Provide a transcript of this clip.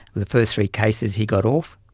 the first three cases he got off,